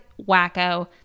wacko